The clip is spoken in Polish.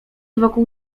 wokół